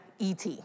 ET